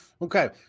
Okay